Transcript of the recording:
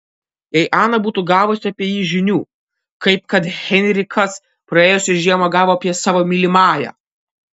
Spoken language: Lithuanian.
jei ana būtų gavusi apie jį žinių kaip kad heinrichas praėjusią žiemą gavo apie savo mylimąją